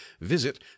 visit